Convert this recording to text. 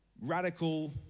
radical